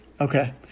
Okay